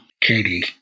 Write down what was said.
Katie